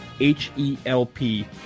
H-E-L-P